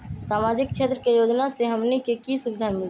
सामाजिक क्षेत्र के योजना से हमनी के की सुविधा मिलतै?